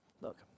Look